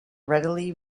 readily